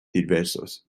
diversos